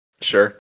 Sure